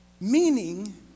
meaning